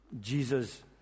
Jesus